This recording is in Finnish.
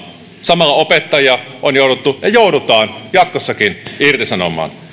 samalla opettajia on jouduttu ja joudutaan jatkossakin irtisanomaan